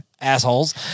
assholes